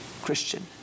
Christian